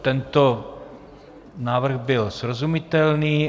Tento návrh byl srozumitelný.